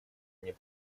мне